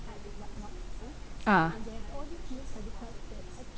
ah